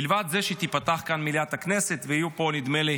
מלבד זה שתיפתח כאן מליאת הכנסת ויהיו פה נדמה לי